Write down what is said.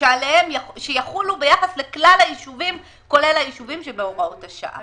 שעליהם יחולו ביחס לכלל היישובים כולל היישובים שבהוראות השעה.